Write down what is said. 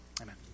amen